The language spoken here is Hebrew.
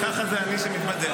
ככה זה אני שמתבדח.